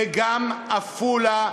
וגם בעפולה,